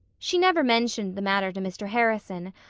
she never mentioned the matter to mr. harrison,